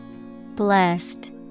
Blessed